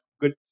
good